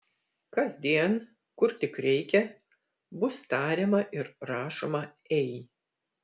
kasdien kur tik reikia bus tariama ir rašoma ei